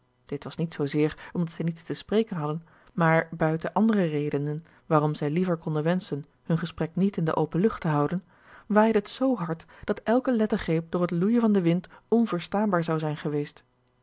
dit was niet zoo zeer omdat zij niets te spreken hadden maar buiten andere redenen waarom zij liever konden wenschen hun gesprek niet in de open lucht te houden waaide het zoo hard dat elke lettergreep door het loeijen van den wind onverstaanbaar zou zijn geweest